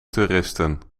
toeristen